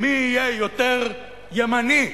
מי יהיה יותר מקארתי, מי יהיה ימני,